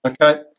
Okay